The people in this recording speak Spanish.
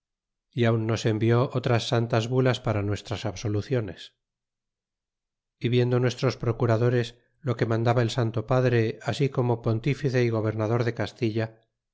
y aun nos envió otras santas bulas para nuestras absoluciones e viendo nuestros procuradores lo que mandaba el santo padre así como pontífice y gobernador de castilla